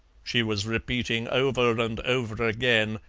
she was, repeating over and over again,